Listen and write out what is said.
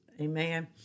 Amen